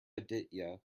aditya